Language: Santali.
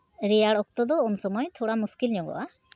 ᱨᱮᱭᱟᱲ ᱚᱠᱛᱚ ᱫᱚ ᱩᱱ ᱥᱚᱢᱚᱭ ᱛᱷᱚᱲᱟ ᱢᱩᱥᱠᱤᱞ ᱧᱚᱜᱚᱜᱼᱟ